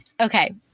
Okay